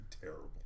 terrible